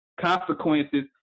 consequences